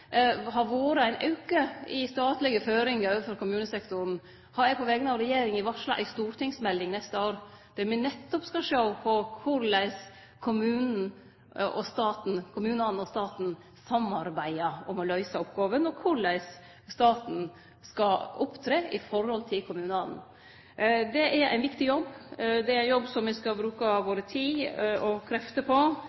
har vore ein auke i statlege føringar overfor kommunesektoren, har eg på vegner av regjeringa varsla ei stortingsmelding neste år, der me nettopp skal sjå på korleis kommunane og staten samarbeider om å løyse oppgåva, og korleis staten skal opptre i forhold til kommunane. Det er ein viktig jobb, det er ein jobb me skal